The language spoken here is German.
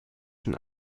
schon